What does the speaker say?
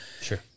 Sure